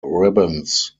ribbons